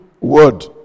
word